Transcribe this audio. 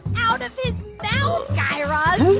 out of his mouth, guy raz.